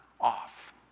off